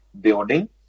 building